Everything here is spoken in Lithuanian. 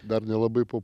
dar nelabai po